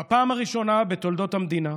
בפעם הראשונה בתולדות המדינה,